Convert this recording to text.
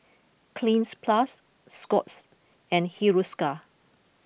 Cleanz plus Scott's and Hiruscar